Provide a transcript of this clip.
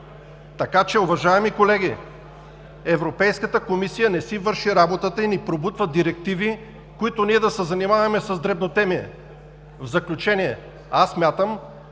на пари“. Уважаеми колеги, Европейската комисия не си върши работата и ни пробутва директиви, чрез които да се занимаваме с дребнотемие. В заключение, смятам,